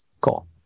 cool